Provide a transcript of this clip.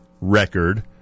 record